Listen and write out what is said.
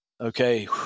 okay